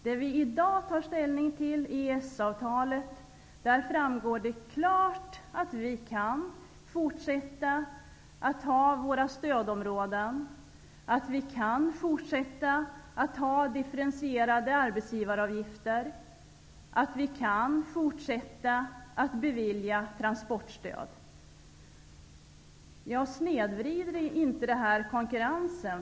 Det vi i dag tar ställning till är EES-avtalet, och där framgår det klart att vi kan fortsätta att ha våra stödområden, att vi kan fortsätta att ha differentierade arbetsgivaravgifter och att vi kan fortsätta att bevilja transportstöd. Snedvrider då inte detta konkurrensen?